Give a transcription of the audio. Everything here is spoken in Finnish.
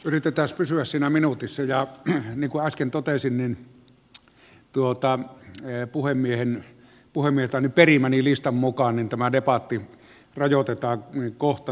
yritetäänpäs pysyä siinä minuutissa ja niin kuin äsken totesin puhemieheltä perimäni listan mukaan tämä debatti rajoitetaan kohta